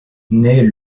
naît